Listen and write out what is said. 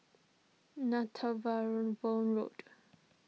Road